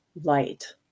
light